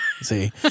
See